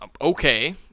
Okay